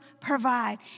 provide